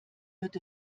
wird